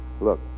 look